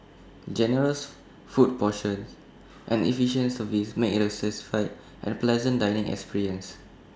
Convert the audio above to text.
generous food portions and efficient service make IT A satisfied and pleasant dining experience